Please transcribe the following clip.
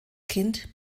kind